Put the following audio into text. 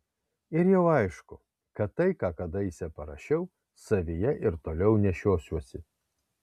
ir jau aišku kad tai ką kadaise parašiau savyje ir toliau nešiosiuosi